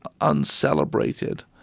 uncelebrated